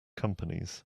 companies